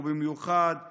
ובמיוחד בילדים,